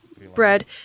bread